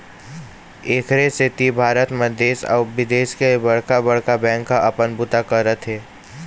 एखरे सेती भारत म देश अउ बिदेश के बड़का बड़का बेंक ह अपन बूता करत हे